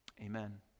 amen